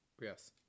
Yes